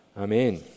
amen